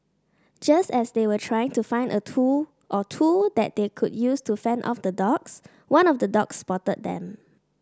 just as they were trying to find a tool or two that they could use to fend off the dogs one of the dogs spotted them